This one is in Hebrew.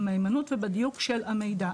במהימנות ובדיוק של המידע.